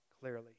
clearly